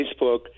Facebook